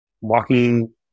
walking